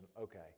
okay